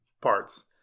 parts